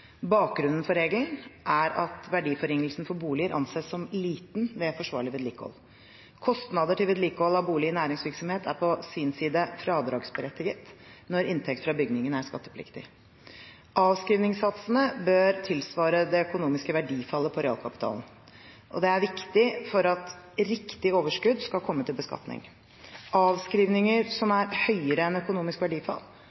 Bakgrunnen for regelen er at verdiforringelsen for boliger anses som liten ved forsvarlig vedlikehold. Kostnader til vedlikehold av bolig i næringsvirksomhet er på sin side fradragsberettiget når inntekt fra bygningen er skattepliktig. Avskrivningssatsene bør tilsvare det økonomiske verdifallet på realkapitalen, og det er viktig for at riktig overskudd skal komme til beskatning. Avskrivninger som er høyere enn økonomisk verdifall,